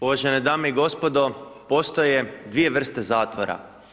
Uvažene dame i gospodo postoje dvije vrste zatvora.